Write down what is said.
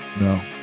No